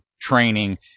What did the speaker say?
training